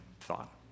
thought